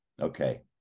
okay